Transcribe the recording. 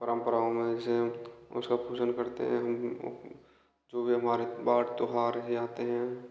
परंपराओं मे जैसे ऊँट का पूजन करते हैं अभी भी जो हमारे वर्त त्योहार भी आते हैं